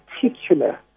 particular